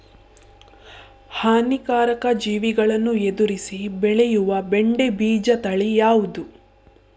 ಹಾನಿಕಾರಕ ಜೀವಿಗಳನ್ನು ಎದುರಿಸಿ ಬೆಳೆಯುವ ಬೆಂಡೆ ಬೀಜ ತಳಿ ಯಾವ್ದು?